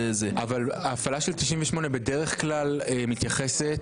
נכון אבל ההפעלה של 98 בדרך כלל מתייחסת